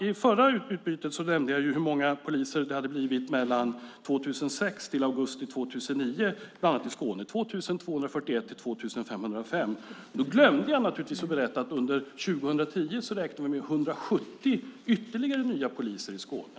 I den förra debatten nämnde jag hur många nya poliser det hade blivit mellan 2006 och augusti 2009 i bland annat Skåne: en ökning från 2 241 till 2 505. Då glömde jag att berätta att vi under 2010 räknar med ytterligare 170 nya poliser i Skåne.